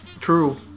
True